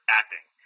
acting